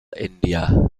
india